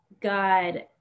God